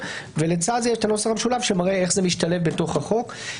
ולצד זה יש את הנוסח המשולב שמראה איך זה משתלב בתוך החוק.